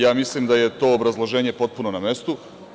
Ja mislim da je to obrazloženje potpuno na mestu.